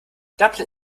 dublin